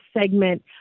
segment